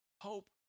Hope